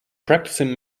practicing